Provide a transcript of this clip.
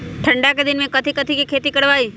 ठंडा के दिन में कथी कथी की खेती करवाई?